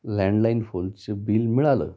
landline फोनचं bill मिळालं